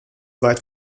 weit